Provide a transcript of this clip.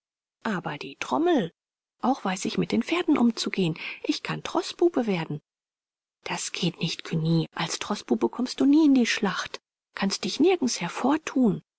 aber die trommel auch weiß ich mit den pferden umzugehen ich kann troßbube werden das geht nicht cugny als troßbube kommst du nie in die schlacht kannst dich nirgends